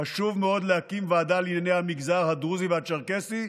חשוב מאוד להקים ועדה לענייני המגזר הדרוזי והצ'רקסי.